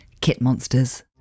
kitmonsters